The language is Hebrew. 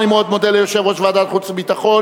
אני מאוד מודה ליושב-ראש ועדת חוץ וביטחון.